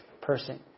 person